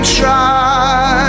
try